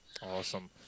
Awesome